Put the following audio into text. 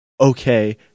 okay